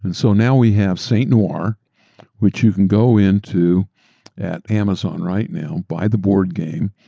and so now we have st. noire which you can go into at amazon right now, buy the board game,